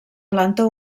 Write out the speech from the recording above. planta